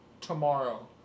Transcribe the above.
tomorrow